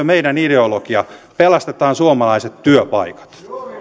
meidän ideologiamme pelastetaan suomalaiset työpaikat